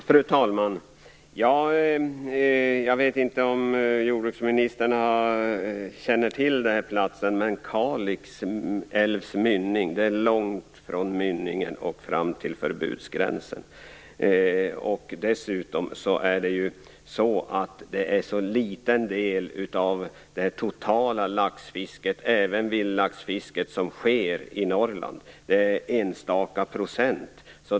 Fru talman! Jag vet inte om jordbruksministern känner till platsen, men det är långt från Kalix älvs mynning till förbudsgränsen. Dessutom är det en så liten del av det totala laxfisket, även vildlaxfisket, som sker i Norrland. Det handlar om enstaka procent.